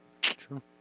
True